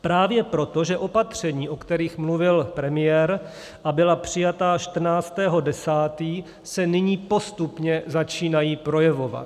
Právě proto, že opatření, o kterých mluvil premiér a byla přijata 14. 10., se nyní postupně začínají projevovat.